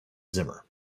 zimmer